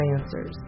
answers